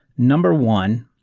number one,